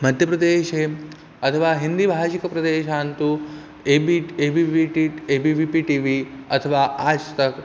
मध्यप्रदेशे अथवा हिन्दीभाषिकप्रदेशे तु A B T A B V T T A B V P T V अथ्वा आज् तक्